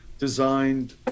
designed